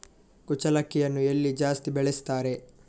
ಕುಚ್ಚಲಕ್ಕಿಯನ್ನು ಎಲ್ಲಿ ಜಾಸ್ತಿ ಬೆಳೆಸ್ತಾರೆ?